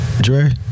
Dre